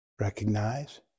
Recognize